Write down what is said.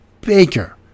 Baker